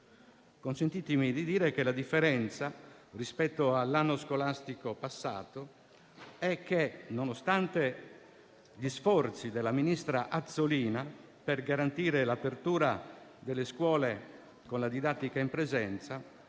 Consentitemi di dire che la differenza, rispetto all'anno scolastico passato, è che, nonostante gli sforzi della ministra Azzolina per garantire l'apertura delle scuole con la didattica in presenza,